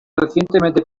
recientemente